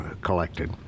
collected